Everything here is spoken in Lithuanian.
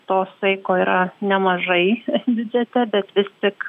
to saiko yra nemažai biudžete bet vis tik